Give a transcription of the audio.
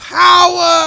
power